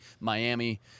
Miami